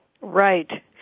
Right